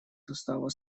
состава